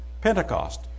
Pentecost